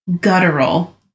guttural